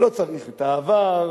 לא צריך את העבר,